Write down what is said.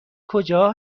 کجا